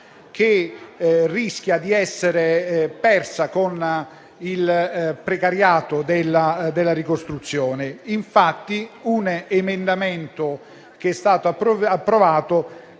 che rischia di essere persa con il precariato della ricostruzione. Un emendamento che è stato approvato